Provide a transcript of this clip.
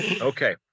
Okay